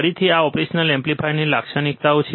ફરીથી આ ઓપરેશનલ એમ્પ્લીફાયરની લાક્ષણિકતાઓ છે